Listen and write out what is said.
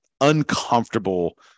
uncomfortable